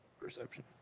Perception